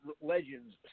Legends